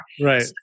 Right